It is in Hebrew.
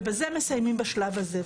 ובזה מסיימים בשלב הזה.